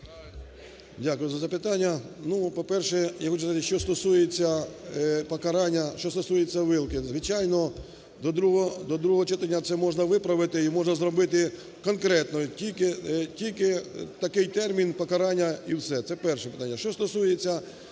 сказати, що стосується покарання, що стосується вилки. Звичайно, до другого читання це можна виправити і можна зробити конкретно тільки такий термін покарання і все. Це перше питання. Що стосується